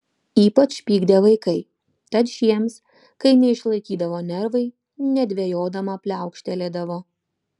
ypač pykdė vaikai tad šiems kai neišlaikydavo nervai nedvejodama pliaukštelėdavo